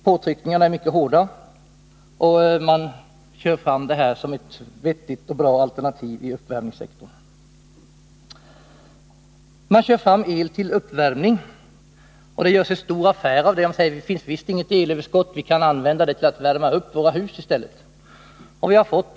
Påtryckningarna är mycket hårda, och man kör fram detta som ett vettigt och bra alternativ i uppvärmningssektorn. Man gör stor affär av att vi skall använda el till uppvärmning, och man säger: Det finns visst inget elöverskott, vi skall använda det till att värma upp våra hus i stället.